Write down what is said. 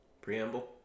preamble